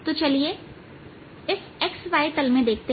तो चलिए हम इस xy तल में देखते हैं